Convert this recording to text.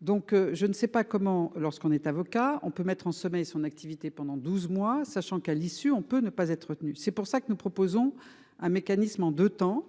Donc je ne sais pas comment, lorsqu'on est avocat, on peut mettre en sommeil son activité pendant 12 mois, sachant qu'à l'issue, on peut ne pas être. C'est pour ça que nous proposons un mécanisme en 2 temps.